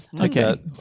Okay